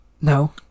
No